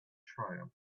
triumph